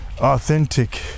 authentic